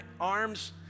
arms